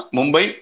Mumbai